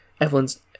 Evelyn's